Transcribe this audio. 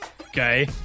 Okay